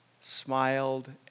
smiled